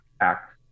act